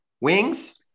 wings